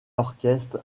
orchestre